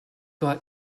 got